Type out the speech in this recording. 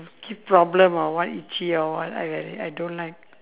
give problem or what itchy or what I really don't like